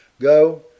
Go